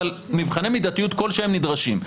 אבל מבחני מידתיות כלשהם נדרשים.